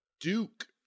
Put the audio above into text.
Duke